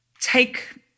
take